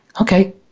okay